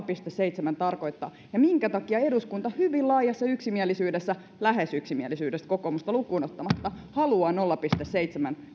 pilkku seitsemän tarkoittaa ja minkä takia eduskunta hyvin laajassa yksimielisyydessä lähes yksimielisyydessä kokoomusta lukuun ottamatta haluaa nolla pilkku seitsemän